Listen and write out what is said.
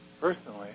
personally